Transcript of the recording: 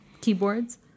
keyboards